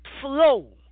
Flow